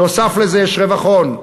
נוסף על זה יש רווח הון.